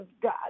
God